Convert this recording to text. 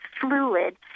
fluid